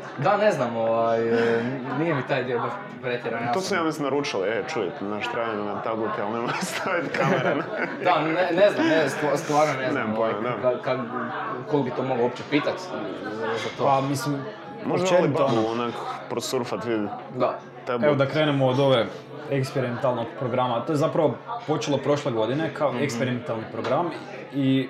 Da, ne znam, ovaj, e, n- nije mi taj dio baš pretjeran, ja To su sam- ja mislim naručili, e, čujte, naš, trajno nam tablete, ali ne mora staviti kameru. Da, ne- ne znam, ne, stvarno ne znam, Nemam ovaj, pojma, da. ka- kad- koliko bi to moglo uopće pitat za- za to. Pa, mislim, Možda općenito Alibabu ono. onak prosurfat, vidit. Da. Tablet. Evo, da krenemo od ove eksperimentalnog programa. To je zapravo počelo prošle godine kao Mhm. eksperimentalni program i-